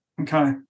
Okay